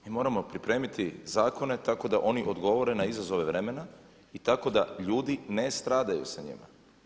Mi moramo pripremiti zakone tako da oni odgovore na izazove vremena i tako da ljudi ne stradaju sa njima.